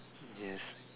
yes